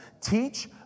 teach